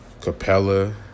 Capella